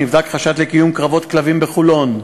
נבדק חשד לקיום קרבות כלבים בחולון.